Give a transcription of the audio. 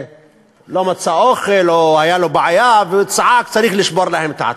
שלא מצא אוכל או הייתה לו בעיה והוא צעק "צריך לשבור להם את העצמות".